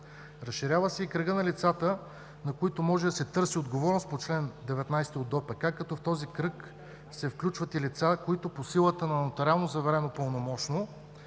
Разширява се и кръгът на лицата, на които може да се търси отговорност по чл. 19 от ДОПК, като в този кръг се включват и лица, които по силата на нотариално заверено пълномощно